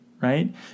right